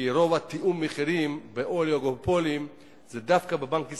כי רוב תיאום המחירים באוליגופולים זה דווקא בבנק ישראל,